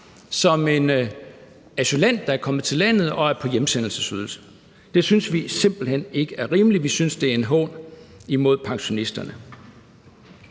som en asylant, der er kommet til landet og er på hjemsendelsesydelse. Det synes vi simpelt hen ikke er rimeligt, vi synes, det er en hån imod pensionisterne.